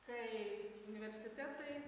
kai universitetai